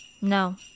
No